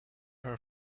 her